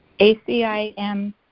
ACIM